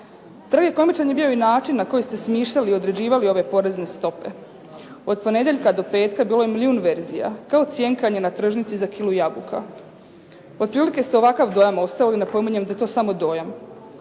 Tragikomičan je bio i način na koji ste smišljali i određivali ove porezne stope. Od ponedjeljka do petka bilo je milijun verzija kao cjenjkanje na tržnici za kilu jabuka. Otprilike ste ovakav dojam ostavili, napominjem da je to samo dojam.